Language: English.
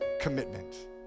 commitment